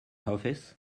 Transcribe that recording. office